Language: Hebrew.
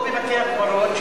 לא בבתי-הקברות,